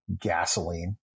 gasoline